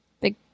Big